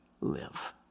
live